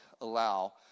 allow